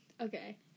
Okay